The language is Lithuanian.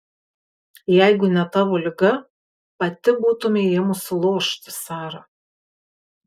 jeigu ne tavo liga pati būtumei ėmusi lošti sara